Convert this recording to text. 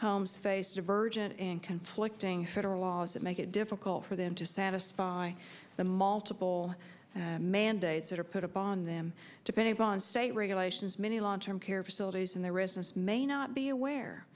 homes faced divergent and conflicting federal laws that make it difficult for them to satisfy the multiple mandates that are put upon them depending upon state regulations many long term care facilities and their residents may not be aware